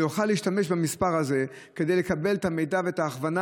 והוא יוכל להשתמש במספר הזה כדי לקבל את המידע ואת ההכוונה